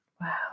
Wow